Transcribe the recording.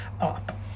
up